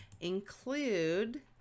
include